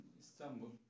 Istanbul